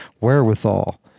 wherewithal